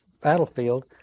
battlefield